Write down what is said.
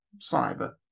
cyber